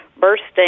bursting